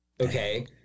Okay